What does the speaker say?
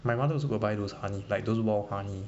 my mother also got buy those honey like those wild honey